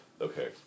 okay